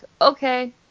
Okay